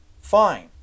Fine